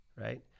right